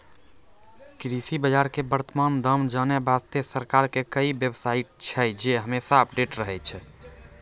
कृषि बाजार के वर्तमान दाम जानै वास्तॅ सरकार के कई बेव साइट छै जे हमेशा अपडेट रहै छै